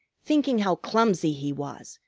thinking how clumsy he was,